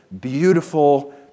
beautiful